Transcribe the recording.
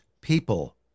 people